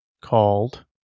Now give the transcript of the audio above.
called